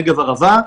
נגב ערבה.